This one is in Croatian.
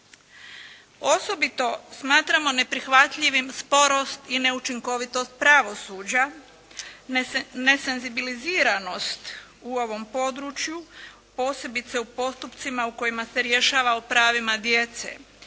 Osobito smatramo neprihvatljivim sporost i neučinkovitost pravosuđa, nesenzibiliziranost u ovom području, posebice u postupcima u kojima se rješava o pravima djece